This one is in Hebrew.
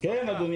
המילה